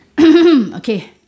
Okay